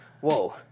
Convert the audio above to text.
Whoa